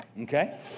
Okay